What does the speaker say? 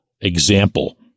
example